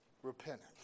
Repentance